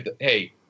hey